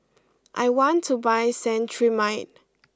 I want to buy Cetrimide